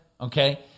Okay